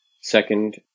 second